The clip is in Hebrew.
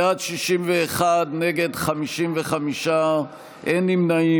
בעד, 61, נגד, 55. אין נמנעים.